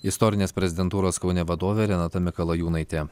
istorinės prezidentūros kaune vadovė renata mikalajūnaitė